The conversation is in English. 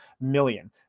million